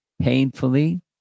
painfully